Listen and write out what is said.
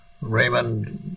Raymond